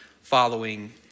following